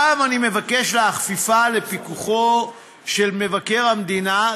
הפעם אני מבקש להכפיפה לפיקוחו של מבקר המדינה,